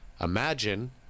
imagine